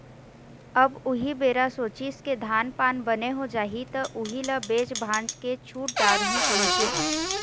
अब उही बेरा सोचिस के धान पान बने हो जाही त उही ल बेच भांज के छुट डारहूँ कहिके